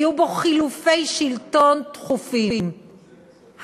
היו בו חילופי שלטון תכופים,